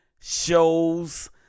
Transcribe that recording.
shows